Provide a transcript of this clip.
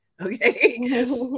Okay